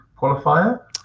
qualifier